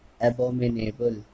Abominable